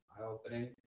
eye-opening